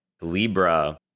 Libra